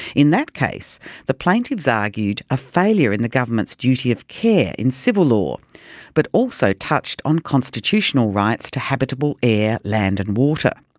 in that case the plaintiffs argued a failure in the government's duty of care in civil law but also touched on constitutional rights to habitable air, land and water.